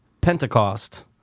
Pentecost